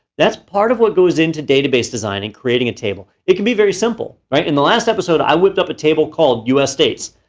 that's part of what goes into database design in creating a table. it can be very simple, right? in the last episode, i whipped up a table called u s. states.